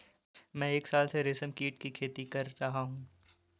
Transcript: मैं एक साल से रेशमकीट की खेती कर रहा हूँ